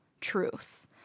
truth